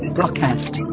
Broadcast